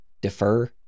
Defer